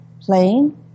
playing